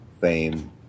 fame